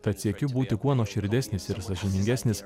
tad siekiu būti kuo nuoširdesnis ir sąžiningesnis